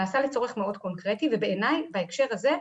הוא גם נעשה לצורך מאוד קונקרטי ובעייני בהקשר הזה,